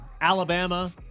alabama